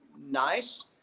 nice